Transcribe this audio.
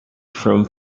from